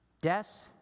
death